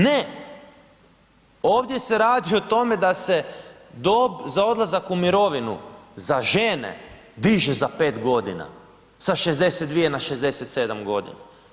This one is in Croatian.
Ne, ovdje se radi o tome da se dob za odlazak u mirovinu za žene diže za 5 godina sa 62 na 67 godina.